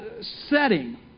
setting